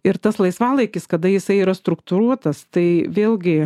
ir tas laisvalaikis kada jisai yra struktūruotas tai vėlgi